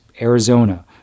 Arizona